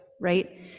right